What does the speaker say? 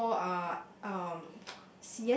four are um